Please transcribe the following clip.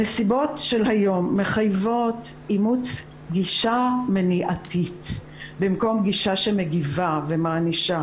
הנסיבות של היום מחייבות אימוץ גישה מניעתית במקום גישה שמגיבה ומענישה.